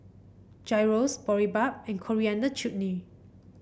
Gyros Boribap and Coriander Chutney